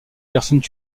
personnes